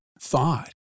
thought